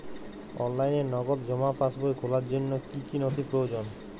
অনলাইনে নগদ জমা পাসবই খোলার জন্য কী কী নথি প্রয়োজন?